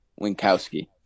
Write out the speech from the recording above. Winkowski